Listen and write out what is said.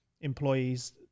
employees